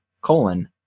colon